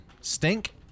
Stink